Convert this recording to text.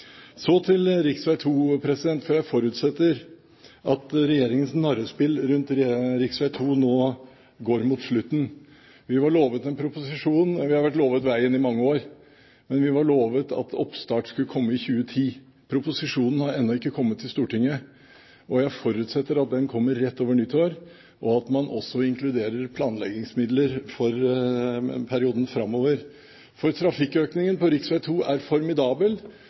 Så til rv. 2. Jeg forutsetter at regjeringens narrespill rundt rv. 2 nå går mot slutten. Vi var lovet en proposisjon, og vi har vært lovet veien i mange år. Men vi var lovet at oppstart skulle komme i 2010. Proposisjonen har ennå ikke kommet til Stortinget, og jeg forutsetter at den kommer rett over nyttår, og at man også inkluderer planleggingsmidler for perioden framover. Trafikkøkningen på rv. 2 er formidabel,